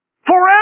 Forever